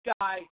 guy